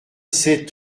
sept